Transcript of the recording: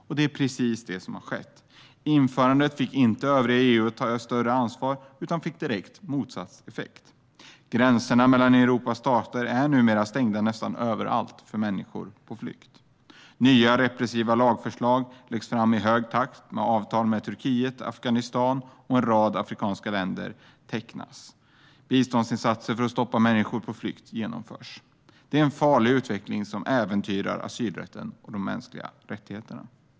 Och det är precis det som har skett. Införandet fick inte övriga EU att ta ett större ansvar utan fick direkt motsatt effekt. Gränserna mellan Europas stater är numera stängda nästan överallt för människor på flykt. Nya repressiva lagförslag läggs fram i hög takt, och avtal med Turkiet, Afghanistan och en rad afrikanska länder tecknas. Biståndsinsatser för att stoppa människor på flykt genomförs. Det är en farlig utveckling som äventyrar asylrätten och de mänskliga rättigheterna.